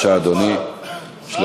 התשע"ו 2016. בבקשה,